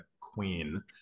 queen